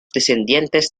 descendientes